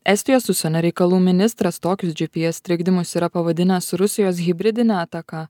estijos užsienio reikalų ministras tokius gps trikdymus yra pavadinęs rusijos hibridine ataka